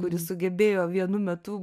kuri sugebėjo vienu metu